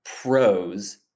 pros